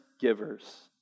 givers